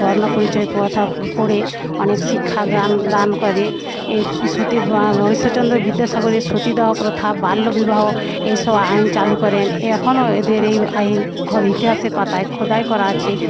বর্ণপরিচয়ের কথা পড়ে অনেক শিক্ষা জ্ঞান দান করে ঈশ্বরচন্দ্র বিদ্যাসাগরের সতীদাহ প্রথা বাল্যবিবাহ এই সব আইন চালু করেন এখনও এঁদের এই আইন ইতিহাসের পাতায় খোদাই করা আছে